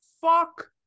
Fuck